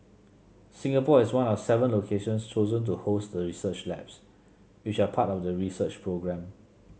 Singapore is one of seven locations chosen to host the research labs which are part of the research programme